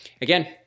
again